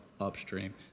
upstream